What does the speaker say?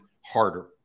harder